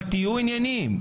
אבל תהיו ענייניים.